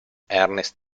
ernest